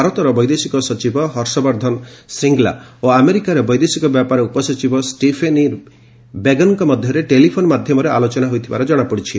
ଭାରତର ବୈଦେଶିକ ସଚିବ ହର୍ଷବର୍ଦ୍ଧନ ଶ୍ରୀଙ୍ଗଲା ଓ ଆମେରିକାର ବୈଦେଶିକ ବ୍ୟାପାର ଉପସଚିବ ଷ୍ଟିଫେନ୍ ଇ ବେଗନ୍ଙ୍କ ମଧ୍ୟରେ ଟେଲିଫୋନ୍ ମାଧ୍ୟମରେ ଆଲୋଚନା ହୋଇଥିବା କ୍ଷଣାପଡ଼ିଛି